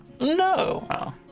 No